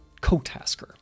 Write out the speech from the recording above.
Cotasker